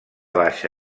baixa